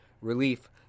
relief